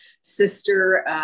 sister